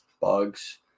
bugs